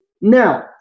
now